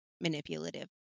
manipulative